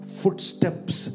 footsteps